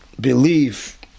believe